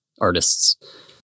Artists